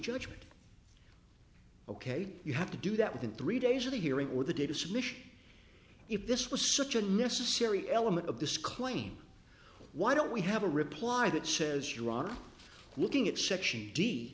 judgment ok you have to do that within three days of the hearing with the data submission if this was such a necessary element of this claim why don't we have a reply that says you are looking at section